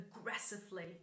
aggressively